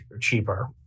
cheaper